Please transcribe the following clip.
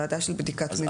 ועדה של בדיקת מינויים.